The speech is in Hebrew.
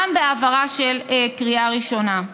גם בהעברה בקריאה הראשונה.